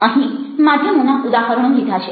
અહીં માધ્યમોના ઉદાહરણો લીધા છે